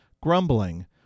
grumbling